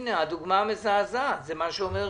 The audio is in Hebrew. הנה, הדוגמה המזעזעת זה מה שאומר